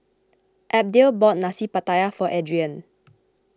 Abdiel bought Nasi Pattaya for Adrienne